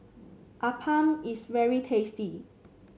appam is very tasty